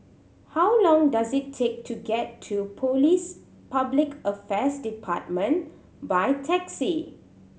how long does it take to get to Police Public Affairs Department by taxi